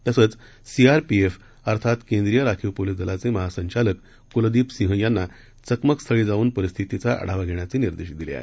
तसंच सीआरपीएफ अर्थात केंद्रीय राखीव पोलीस दलाचे महासंचालक कुलदीप सिंह यांना चकमकस्थळी जाऊन परिस्थितीचा आढावा घेण्याचे निर्देश दिले आहेत